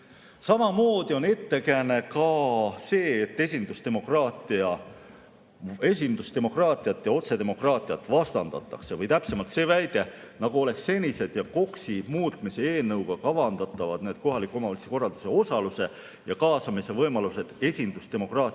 Samamoodi on ettekääne see, et esindusdemokraatiat ja otsedemokraatiat vastandatakse – või täpsemalt, see väide, nagu oleks senised ja KOKS-i muutmise eelnõuga kavandatavad kohaliku omavalitsuse [elanike] osaluse ja kaasamise võimalused esindusdemokraatia